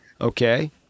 Okay